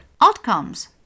Outcomes